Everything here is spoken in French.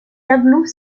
tableaux